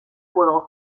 fuego